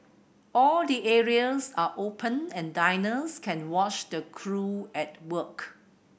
all the areas are open and diners can watch the crew at work